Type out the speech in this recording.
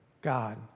God